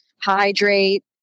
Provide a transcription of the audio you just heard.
Hydrate